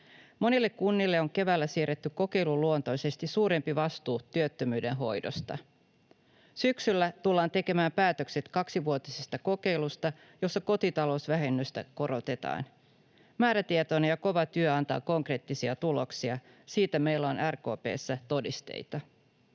Monille kunnille on keväällä siirretty kokeiluluontoisesti suurempi vastuu työttömyyden hoidosta. Syksyllä tullaan tekemään päätökset kaksivuotisesta kokeilusta, jossa kotitalousvähennystä korotetaan. Määrätietoinen ja kova työ antaa konkreettisia tuloksia — siitä meillä on RKP:ssä todisteita.